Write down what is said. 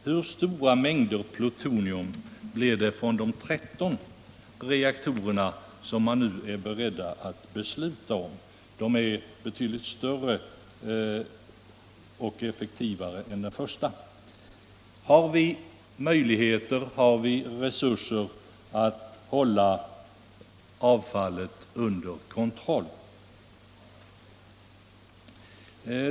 Hur stora mängder plutonium blir det från de 13 reaktorer som man nu är beredd att besluta om? De är ju betydligt större och effektivare än de första. Har vi möjligheter och resurser att hålla avfallet under kontroll?